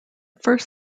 first